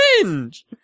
fringe